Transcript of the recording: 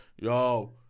Yo